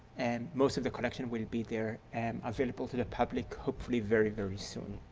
and most of the collection will be there and available to the public hopefully very, very soon.